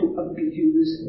abuse